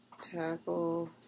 Tackle